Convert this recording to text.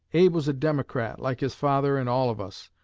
abe was a democrat, like his father and all of us,